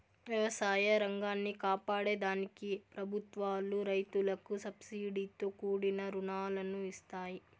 వ్యవసాయ రంగాన్ని కాపాడే దానికి ప్రభుత్వాలు రైతులకు సబ్సీడితో కూడిన రుణాలను ఇస్తాయి